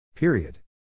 Period